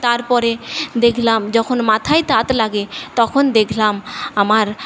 তারপরে দেখলাম যখন মাথায় তাত লাগে তখন দেখলাম আমার